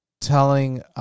telling